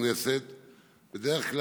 הוא,